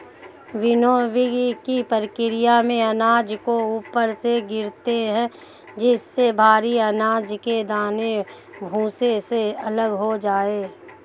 विनोविंगकी प्रकिया में अनाज को ऊपर से गिराते है जिससे भरी अनाज के दाने भूसे से अलग हो जाए